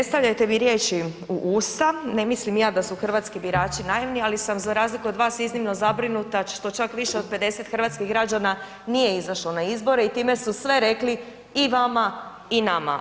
Ne stavljajte mi riječi u usta, ne mislim ja da su hrvatski birači naivni, ali sam za razliku od vas iznimno zabrinuta što čak više od 50% hrvatskih građana nije izašlo na izbore i time su sve rekli i vama i nama.